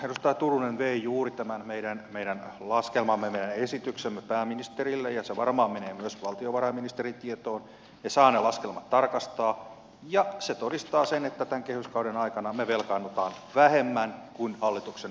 edustaja turunen vei juuri tämän meidän laskelmamme meidän esityksemme pääministerille ja se varmaan menee myös valtiovarainministerin tietoon ne laskelmat saa tarkastaa ja se todistaa sen että tämän kehyskauden aikana me velkaantuisimme vähemmän kuin hallituksen esityksen mukaan velkaantuisimme